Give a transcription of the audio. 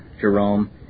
Jerome